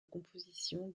composition